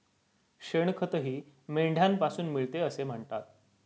शेणखतही मेंढ्यांपासून मिळते असे म्हणतात